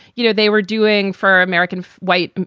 you know, they were doing for american white,